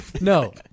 No